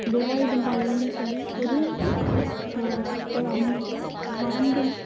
வேலாயுதம்பாளையம் சொல்லி ஒரு ஒரு அம்மன் பாம்பும்